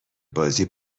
بازی